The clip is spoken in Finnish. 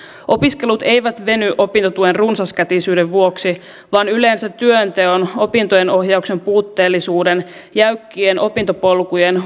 opiskelut eivät veny opintotuen runsaskätisyyden vuoksi vaan yleensä työnteon opintojen ohjauksen puutteellisuuden jäykkien opintopolkujen